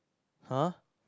[huh]